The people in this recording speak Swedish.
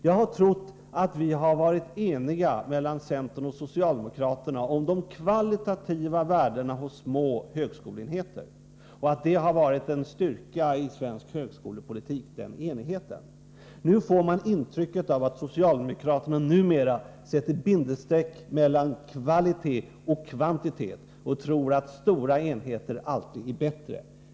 Jag trodde att vi inom centern och socialdemokraterna var ense om de kvalitativa värdena hos små högskoleenheter. Den enigheten har varit en styrka i svensk högskolepolitik. Man får ett intryck av att socialdemokraterna numera sätter bindestreck mellan orden kvalitet och kvantitet och tror att stora enheter alltid är bättre än små.